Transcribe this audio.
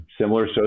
similar